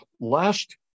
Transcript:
last